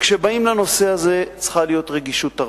וכשבאים לנושא הזה, צריכה להיות רגישות תרבותית,